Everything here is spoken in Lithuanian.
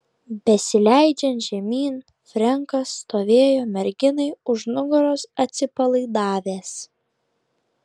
besileidžiant žemyn frenkas stovėjo merginai už nugaros atsipalaidavęs